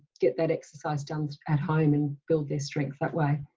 get that exercise done at home and build their strength that way.